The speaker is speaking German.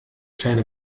keine